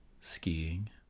Skiing